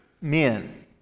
men